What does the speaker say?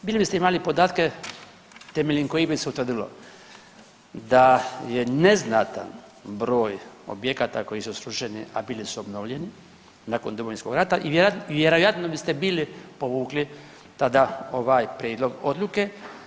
Bili biste imali podatke temeljem kojih bi se utvrdilo da je neznatan broj objekata koji su srušeni, a bili su obnovljeni nakon Domovinskog rata i vjerojatno biste bili povukli tada ovaj prijedlog odluke.